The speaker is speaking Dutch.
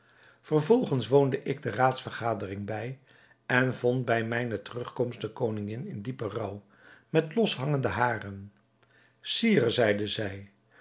vervolgens woonde ik de raadsvergadering bij en vond bij mijne terugkomst de koningin in diepen rouw met loshangende haren sire zeide zij